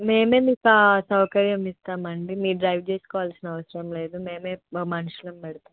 మేమే మీకు ఆ సౌకర్యం ఇస్తామండి మీరు డ్రైవ్ చేసుకోవాల్సిన అవసరం లేదు మేమే మా మనుషులను పెడతాం